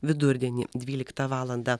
vidurdienį dvyliktą valandą